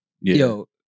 Yo